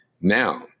now